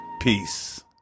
Peace